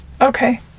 Okay